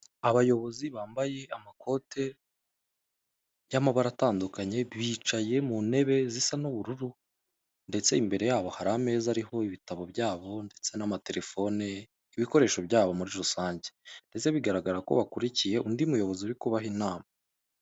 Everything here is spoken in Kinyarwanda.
Abayobozi bambaye amakote y'amabara atandukanye bicaye mu ntebe zisa n'ubururu ndetse imbere yabo hari ameza ariho ibitabo byabo ndetse n'amaterefone ibikoresho byabo muri rusange ndetse bigaragara ko bakurikiye undi muyobozi uri kubaha inama.